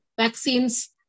vaccines